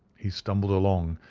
he stumbled along,